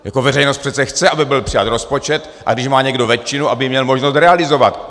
Jako veřejnost přece chce, aby byl přijat rozpočet, a když má někdo většinu, aby měl možnost realizovat.